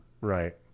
Right